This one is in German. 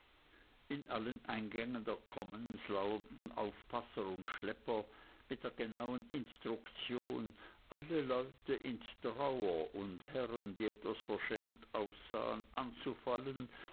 in allen eingängen der commons lauerten aufpasser und schlepper mit der genauen instruktion alle leute in trauer und herren die etwas verschämt aussahen anzufallen